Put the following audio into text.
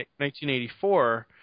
1984